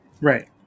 Right